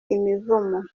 imivumo